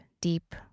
deep